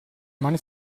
mani